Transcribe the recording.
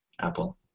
Apple